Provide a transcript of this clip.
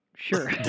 Sure